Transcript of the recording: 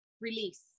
release